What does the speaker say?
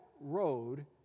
road